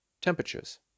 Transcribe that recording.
temperatures